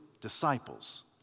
disciples